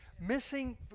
missing